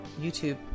YouTube